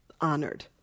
honored